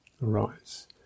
arise